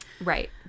Right